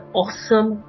awesome